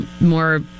More